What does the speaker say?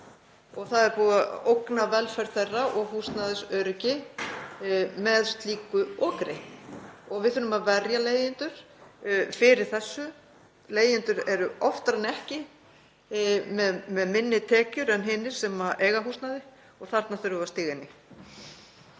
Það er búið að ógna velferð þeirra og húsnæðisöryggi með slíku okri. Við þurfum að verja leigjendur fyrir þessu. Leigjendur eru oftar en ekki með minni tekjur en hinir sem eiga húsnæði og þarna þurfum við að stíga inn í.